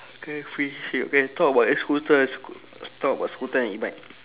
okay finishing okay talk about e-scooter sc~ talk about scooter and e-bike